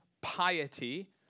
piety